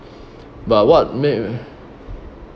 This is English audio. but what make